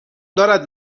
دارد